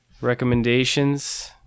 Recommendations